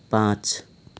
पाँच